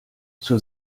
zur